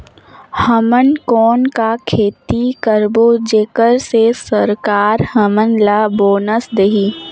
हमन कौन का खेती करबो जेकर से सरकार हमन ला बोनस देही?